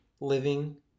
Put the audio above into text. living